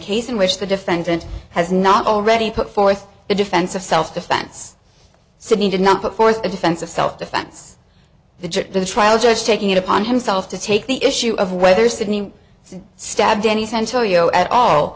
case in which the defendant has not already put forth a defense of self defense sydney did not put forth a defense of self defense the the trial judge taking it upon himself to take the issue of whether sidney stabbed an essential you know at all